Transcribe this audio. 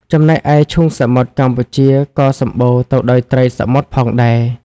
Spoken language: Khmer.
ចំណែកឯឈូងសមុទ្រកម្ពុជាក៏សម្បូរទៅដោយត្រីសមុទ្រផងដែរ។